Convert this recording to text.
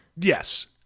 yes